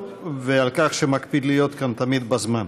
ועל כך שהוא מקפיד להיות כאן תמיד בזמן.